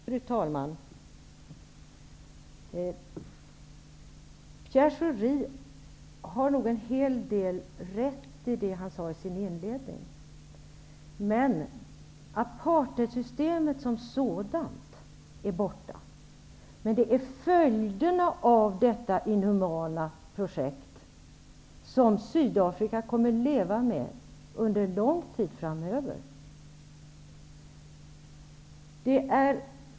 Fru talman! Pierre Schori har till viss del rätt i det han sade i inledningen. Men apartheidsystemet som sådant är borta. Det är följderna av det inhumana projektet som Sydafrika kommer att leva med under lång tid.